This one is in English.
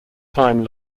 time